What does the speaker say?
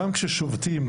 גם כששובתים,